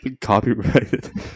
Copyrighted